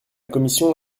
commission